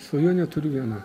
svajonę turiu vieną